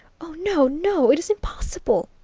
oh, no, no, it is impossible!